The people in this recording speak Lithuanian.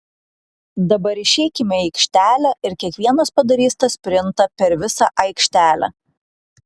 dabar išeikime į aikštelę ir kiekvienas padarys tą sprintą per visą aikštelę